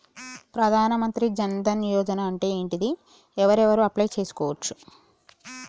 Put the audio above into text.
ప్రధాన మంత్రి జన్ ధన్ యోజన అంటే ఏంటిది? ఎవరెవరు అప్లయ్ చేస్కోవచ్చు?